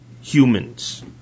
humans